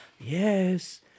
Yes